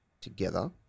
together